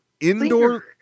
indoor